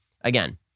again